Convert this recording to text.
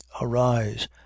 arise